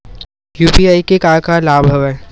UPI के का का लाभ हवय?